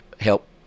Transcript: help